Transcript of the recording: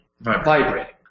vibrating